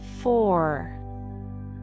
four